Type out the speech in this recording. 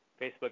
Facebook